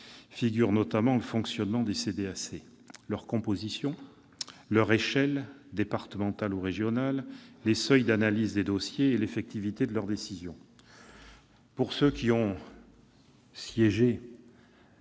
figurent, à juste titre, le fonctionnement des CDAC, leur composition, leur échelle- départementale ou régionale -, les seuils d'analyse des dossiers et l'effectivité de leur décision. Certains d'entre vous ont siégé